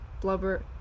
Blubber